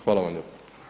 Hvala vam lijepa.